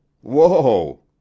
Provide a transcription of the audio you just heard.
Whoa